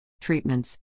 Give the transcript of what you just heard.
Treatments